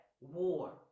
war